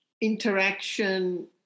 interaction